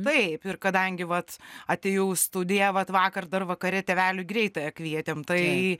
taip ir kadangi vat atėjau į studiją vat vakar dar vakare tėveliui greitąją kvietėm tai